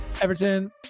Everton